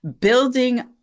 building